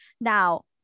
Now